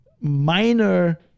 minor